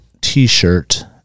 t-shirt